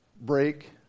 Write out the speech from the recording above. break